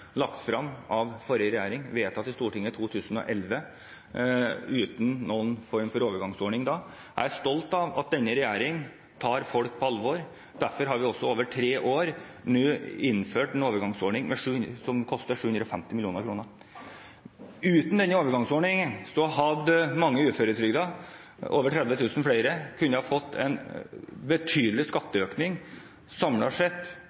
lagt frem av forrige regjering og vedtatt i Stortinget i 2011 uten noen form for overgangsordning da: Jeg er stolt av at denne regjeringen tar folk på alvor. Derfor har vi også over tre år nå innført en overgangsordning som koster 750 mill. kr. Uten denne overgangsordningen hadde mange uføretrygdede, over 30 000 flere, kunnet få en betydelig skatteøkning samlet sett